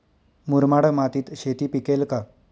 मुरमाड मातीत शेती पिकेल का?